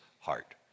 heart